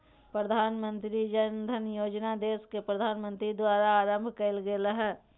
प्रधानमंत्री जन धन योजना देश के प्रधानमंत्री के द्वारा आरंभ कइल गेलय हल